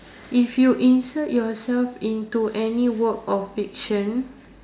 if you insert yourself into any work of fiction